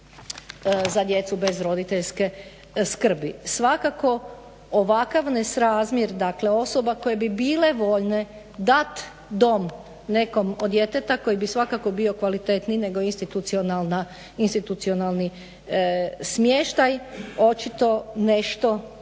za djecu bez roditeljske skrbi. Svakako ovakav nesrazmjer osoba koje bi bile voljne dati dom nekom od djeteta koji bi svakako bio kvalitetniji nego institucionalni smještaj očito nešto treba